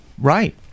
Right